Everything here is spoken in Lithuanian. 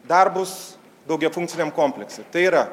darbus daugiafunkciniam komplekse tai yra